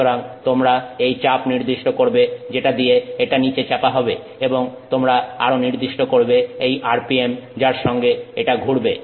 সুতরাং তোমরা এই চাপ নির্দিষ্ট করবে যেটা দিয়ে এটা নিচে চাপা হবে এবং তোমরা আরো নির্দিষ্ট করবে এই RPM যার সঙ্গে এটা ঘুরবে